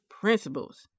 principles